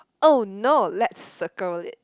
oh no let's circle it